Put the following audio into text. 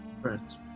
right